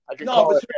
No